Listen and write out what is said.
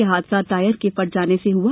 यह हादसा टायर के फट जाने से हुआ